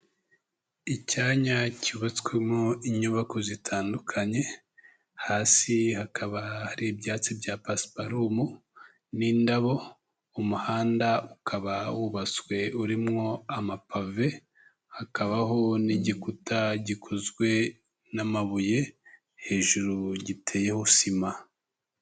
Icyanya cyubatswemo inyubako zitandukanye hasi hakaba hari ibyatsi bya pasiparumu n'indabo, umuhanda ukaba wubatswe urimo amapave, hakabaho n'igikuta gikozwe n'amabuye hejuru giteyeho sima.